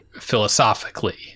philosophically